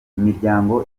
imiryango